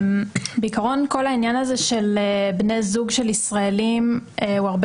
בעיקרון כל העניין הזה של בני זוג של ישראלים הרבה